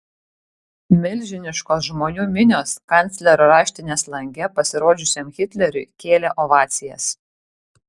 milžiniškos žmonių minios kanclerio raštinės lange pasirodžiusiam hitleriui kėlė ovacijas